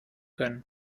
können